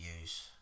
use